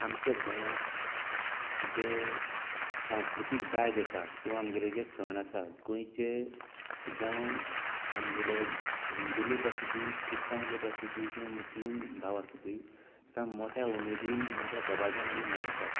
आमच्या गोंयांक जे सांस्कृतीक दायज आसा किंवां आमगेले जे सण आसा गोंयचे जावं आमगेले हिंदू लोक आसुंदी क्रिस्तांव लोक आसुंदी किंवां मुस्लिम भाव आसुंदी सण मोठ्या उमेदीन मोठ्या दबाज्यान आमी मनयतात